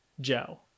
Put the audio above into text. Joe